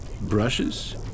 brushes